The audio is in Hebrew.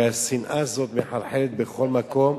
הרי השנאה הזאת מחלחלת בכל מקום,